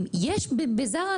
למשל בזארה,